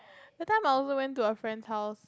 that time I also went to a friend's house